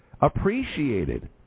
Appreciated